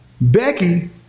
Becky